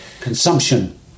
consumption